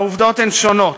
העובדות הן שונות.